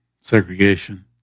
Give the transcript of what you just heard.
segregation